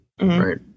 right